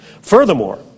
Furthermore